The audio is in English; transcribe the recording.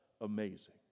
amazing